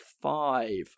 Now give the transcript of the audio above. five